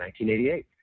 1988